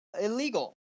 illegal